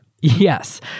Yes